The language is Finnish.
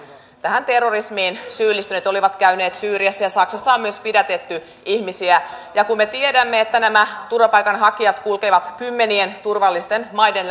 tähän terrorismiin syyllistyneet olivat käyneet syyriassa ja myös saksassa on pidätetty ihmisiä ja kun me tiedämme että nämä turvapaikanhakijat kulkevat kymmenien turvallisten maiden